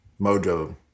mojo